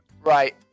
right